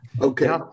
Okay